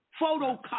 Photocopy